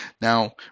Now